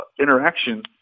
interaction